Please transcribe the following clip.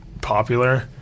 popular